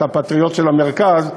אתה פטריוט של המרכז,